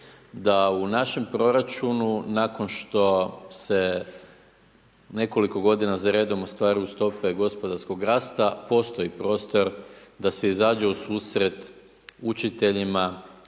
da u našem proračunu, nakon što se nekoliko g. za redom ostvaruju stope gospodarskog rasta, postoji prostor da se izađe u susret učiteljima,